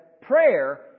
prayer